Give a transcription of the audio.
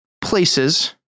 places